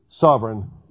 sovereign